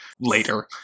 later